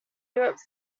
europe